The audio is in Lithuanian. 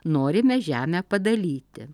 norime žemę padalyti